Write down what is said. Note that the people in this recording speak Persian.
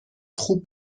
خوب